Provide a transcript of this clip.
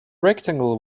rectangle